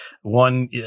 one